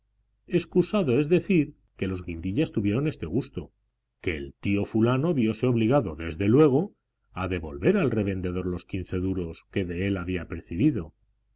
excusado es decir que los guindillas tuvieron este gusto que el tío fulano viose obligado desde luego a devolver al revendedor los quince duros que de él había